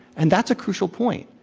and that's a crucial point,